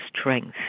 strength